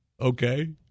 okay